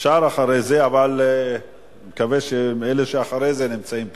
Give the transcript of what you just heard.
אפשר אחרי זה, אבל נקווה שאלה שאחרי זה נמצאים פה.